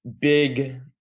big